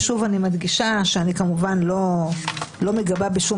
ושוב אני מדגישה שאני כמובן לא מגבה בשום